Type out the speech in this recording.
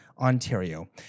Ontario